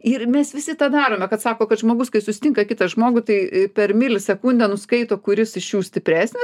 ir mes visi tą darome kad sako kad žmogus kai susitinka kitą žmogų tai per milisekundę nuskaito kuris iš jų stipresnis